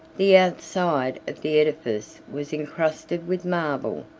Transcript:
the outside of the edifice was encrusted with marble,